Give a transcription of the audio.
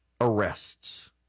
arrests